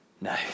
no